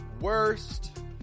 worst